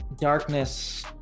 darkness